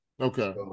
Okay